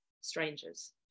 strangers